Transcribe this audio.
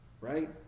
right